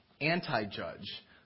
anti-judge